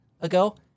ago